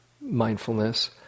mindfulness